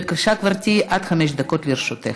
בבקשה, גברתי, עד חמש דקות לרשותך.